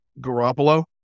Garoppolo